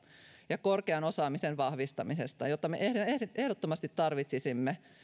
ja korkean osaamisen vahvistamisesta jota me ehdottomasti tarvitsisimme